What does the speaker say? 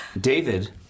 David